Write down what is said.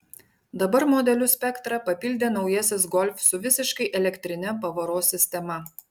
dabar modelių spektrą papildė naujasis golf su visiškai elektrine pavaros sistema